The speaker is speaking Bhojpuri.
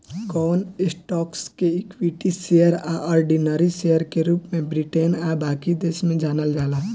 कवन स्टॉक्स के इक्विटी शेयर आ ऑर्डिनरी शेयर के रूप में ब्रिटेन आ बाकी देश में जानल जाला